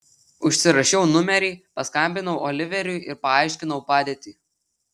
užsirašiau numerį paskambinau oliveriui ir paaiškinau padėtį